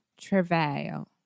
travail